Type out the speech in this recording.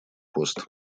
пост